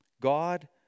God